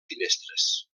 finestres